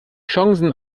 chancen